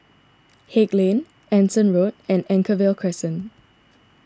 Haig Lane Anson Road and Anchorvale Crescent